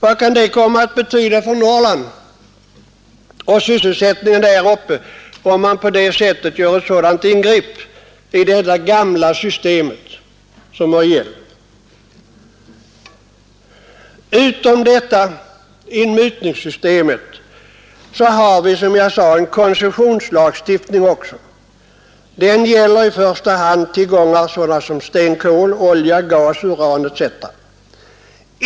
Vad kan det komma att betyda för Norrland och sysselsättningen där uppe om man gör ett sådant ingrepp i det gamla system som gällt så länge? Utom detta inmutningssystem har vi, som jag nämnde, även en koncessionslagstiftning. Den gäller i första hand sådana tillgångar som stenkol, olja, gas, uran etc.